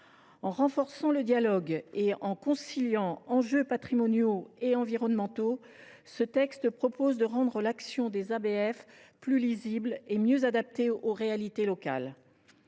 En renforçant le dialogue pour concilier les enjeux patrimoniaux et environnementaux, ce texte vise à rendre l’action des ABF plus lisible et à mieux l’adapter aux réalités locales.